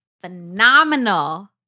phenomenal